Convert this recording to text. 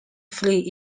free